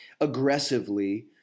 aggressively